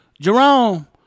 Jerome